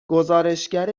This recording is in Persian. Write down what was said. گزارشگر